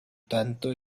tanto